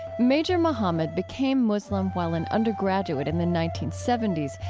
major muhammad became muslim while an undergraduate in the nineteen seventy s,